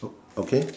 okay